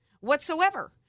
whatsoever